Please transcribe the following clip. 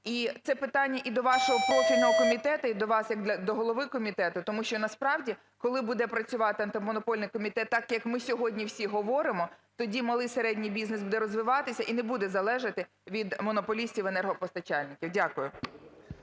І це питання і до вашого профільного комітету, і до вас як до голови комітету. Тому що насправді, коли буде працювати Антимонопольний комітет так, як ми сьогодні всі говоримо, тоді малий і середній бізнес розвиватися і не буде залежати від монополістів енергопостачальників. Дякую.